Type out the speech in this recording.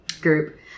group